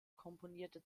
komponierte